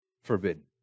forbidden